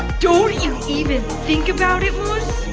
don't you even think about it, moose.